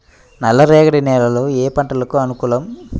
నల్లరేగడి నేలలు ఏ పంటలకు అనుకూలం?